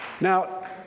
Now